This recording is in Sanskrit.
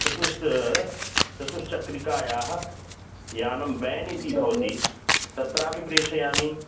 चतुष् चतुश्चक्रिकायाः यानं बेन् इति भवति तत्रापि प्रेषयामि